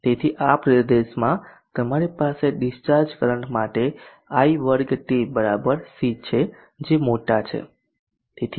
તેથી આ પ્રદેશમાં તમારી પાસે ડીસ્ચાર્જ કરંટ માટે i2t C છે જે મોટા છે